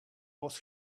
was